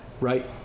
right